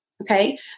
okay